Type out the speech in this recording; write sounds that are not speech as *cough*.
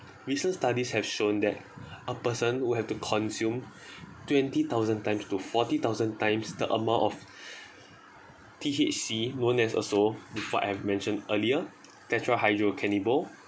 recent studies have shown that a person would have to consume twenty thousand times to forty thousand times the amount of *breath* T_H_C known as also before I've mentioned earlier tetrahydrocannabinol